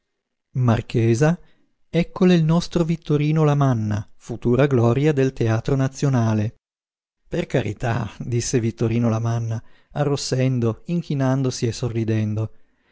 marchesa eccole il nostro vittorino lamanna futura gloria del teatro nazionale per carità disse vittorino lamanna arrossendo inchinandosi e sorridendo